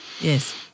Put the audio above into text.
Yes